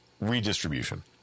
redistribution